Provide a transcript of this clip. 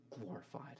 glorified